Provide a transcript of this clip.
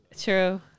True